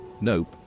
Nope